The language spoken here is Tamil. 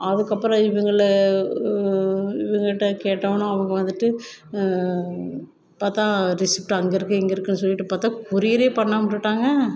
அதுக்கப்புறம் இவங்கள இவங்கிட்ட கேட்டோனோ அவங்க வந்துவிட்டு பார்த்தா ரெசிப்ட் அங்கே இருக்கு இங்கே இருக்குன்னு சொல்லிவிட்டு பார்த்தா கொரியரே பண்ணாம விட்டுவிட்டாங்க